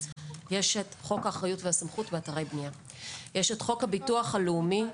יש את הצעת התיקון לחוק הביטוח הלאומי,